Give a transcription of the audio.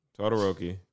Todoroki